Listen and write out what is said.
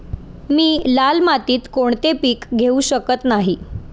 मी लाल मातीत कोणते पीक घेवू शकत नाही?